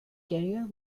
career